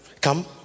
come